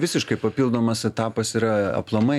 visiškai papildomas etapas yra aplamai